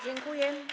Dziękuję.